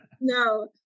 No